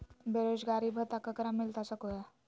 बेरोजगारी भत्ता ककरा मिलता सको है?